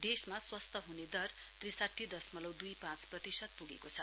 देशमा स्वस्थ हुने दर त्रिसाठी दसमलउ दुई पाँच प्रतिशत पुगेको छ